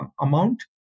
amount